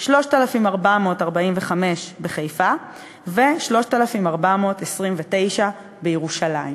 3,445 בחיפה ו-3,429 בירושלים.